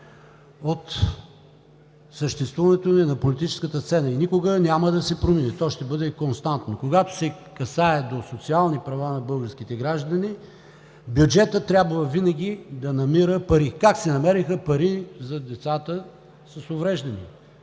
от съществуването ни на политическата сцена, и никога няма да се промени, то ще бъде и константно. Когато се касае до социални права на българските граждани, бюджетът трябва винаги да намира пари. Как се намериха пари за децата с увреждания?